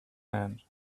hand